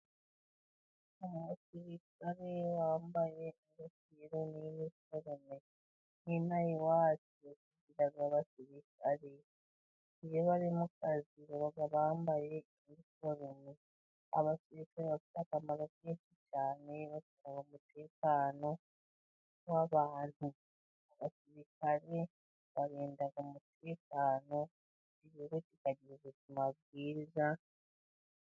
Umusirikare wambaye ingofero n'iniforome. N'ino aha iwacu tugira abasirikare. Iyo bari mu kazi baba bambaye inifolome. Abasirika bafite akamaro kenshi cyane. bataba umutekano w'abantu abakare barindaga umutekano bi ba kikagira ubuzima bwizariza